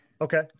Okay